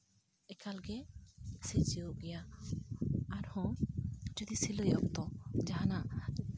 ᱮᱠᱟᱞ ᱜᱮ ᱥᱤᱨᱡᱟᱹᱣ ᱜᱮᱭᱟ ᱟᱨᱦᱚᱸ ᱡᱩᱫᱤ ᱥᱤᱞᱟᱹᱭ ᱚᱠᱛᱚ ᱡᱟᱦᱱᱟᱜ